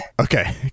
okay